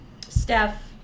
Steph